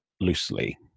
loosely